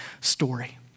story